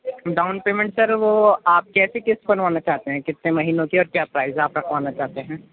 down payment sir وہ آپ كیسے قِسط بنوانا چاہتے ہیں كتنے مہینوں کی اور کیا پرائز ہے آپ رکھوانا چاہتے ہیں